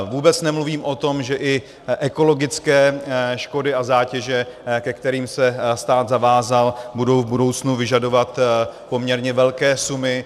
Vůbec nemluvím o tom, že i ekologické škody a zátěže, ke kterým se stát zavázal, budou v budoucnu vyžadovat poměrně velké sumy.